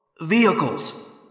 Vehicles